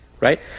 right